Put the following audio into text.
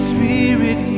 Spirit